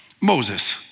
Moses